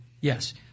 Yes